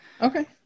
okay